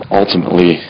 ultimately